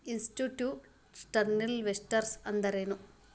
Institutional investors ಅಂದ್ರೇನು?